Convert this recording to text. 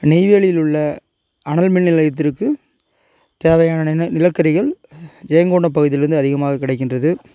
நெய்வேலியில் உள்ள அனல் மின் நிலையத்திற்கு தேவையான நின நிலக்கரிகள் ஜெயங்கொண்டம் பகுதியிலிருந்து அதிகமாக கிடைக்கின்றது